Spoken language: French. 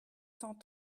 cent